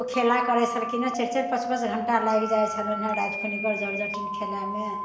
ओ खेला करैत छलखिन हँ चारि चारि पाँच पाँच घण्टा लागि जाइत छलनि हँ राति कऽ जट जटिन खेलाएमे